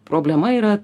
problema yra